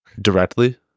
Directly